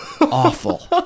awful